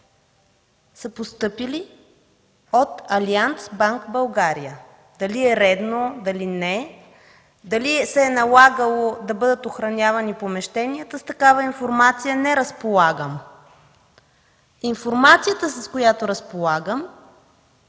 са от „Алианц банк” – България. Дали е редно, дали не е, дали се е налагало да бъдат охранявани помещенията – с такава информация не разполагам. Информацията, с която разполагам,